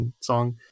song